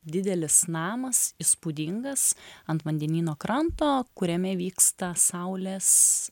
didelis namas įspūdingas ant vandenyno kranto kuriame vyksta saulės